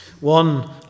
One